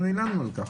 אנחנו ערערנו על כך,